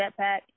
Jetpack